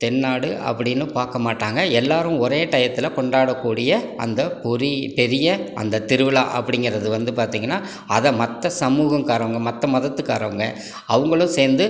தென்னாடு அப்படின்னு பார்க்கமாட்டாங்க எல்லாரும் ஒரே டையத்தில் கொண்டாடக்கூடிய அந்த ஒரி பெரிய அந்த திருவிழா அப்படிங்கறது வந்து பார்த்திங்கனா அதை மற்ற சமூகங்காரவங்க மற்ற மதத்துக்காரவங்க அவங்களும் சேர்ந்து